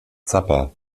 zappa